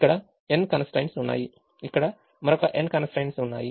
ఇక్కడ n constraints ఉన్నాయి ఇక్కడ మరొక n కన్స్ ట్రైన్ట్స్ ఉన్నాయి